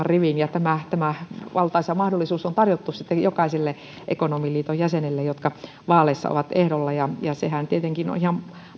rivin ja tämä tämä valtaisa mahdollisuus on tarjottu sitten jokaiselle ekonomiliiton jäsenelle joka vaaleissa on ehdolla ja ja sehän tietenkin on ihan